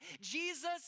Jesus